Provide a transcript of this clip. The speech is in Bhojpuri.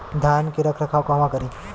धान के रख रखाव कहवा करी?